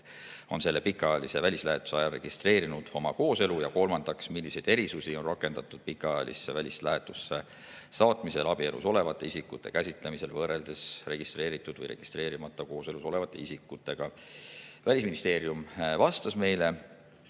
on selle pikaajalise välislähetuse ajal registreerinud oma kooselu. Ja kolmandaks, milliseid erisusi on rakendatud pikaajalisse välislähetusse saatmisel abielus olevate isikute käsitlemisel võrreldes registreeritud või registreerimata kooselus olevate isikutega. Välisministeerium vastas meile